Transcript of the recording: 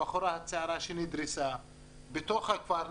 הבחורה הצעירה שנדרסה בתוך הכפר.